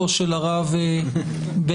חברתנו,